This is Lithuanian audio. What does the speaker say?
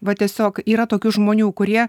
va tiesiog yra tokių žmonių kurie